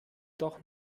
doch